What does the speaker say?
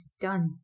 done